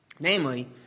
namely